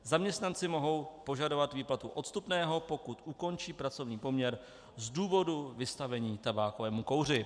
Zaměstnanci mohou požadovat výplatu odstupného, pokud ukončí pracovní poměr z důvodu vystavení tabákovému kouři.